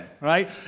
Right